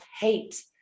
hate